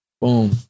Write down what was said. boom